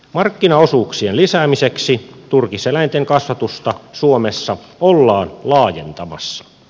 markkinaosuuksien lisäämiseksi turkiseläinten kasvatusta suomessa ollaan laajentamassa